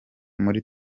muri